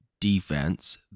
defense